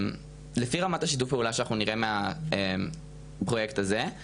על פי רמת שיתוף הפעולה שאנחנו נראה מהפרויקט הזה,